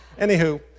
Anywho